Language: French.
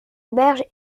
auberge